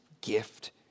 gift